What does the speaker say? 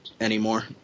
anymore